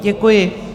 Děkuji.